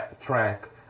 track